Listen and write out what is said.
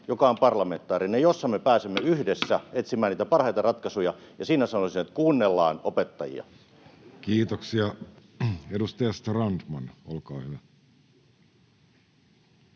joka on parlamentaarinen ja jossa me pääsemme yhdessä etsimään parhaita ratkaisuja, ja siinä sanoisin, että kuunnellaan opettajia. Kiitoksia. — Edustaja Strandman, olkaa hyvä.